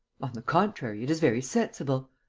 on the contrary, it is very sensible.